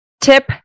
Tip